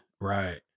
Right